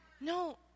No